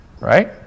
Right